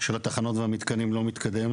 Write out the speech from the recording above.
של התחנות והמתקנים לא מתקדם.